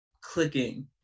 clicking